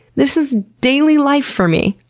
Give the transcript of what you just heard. this is daily life for me.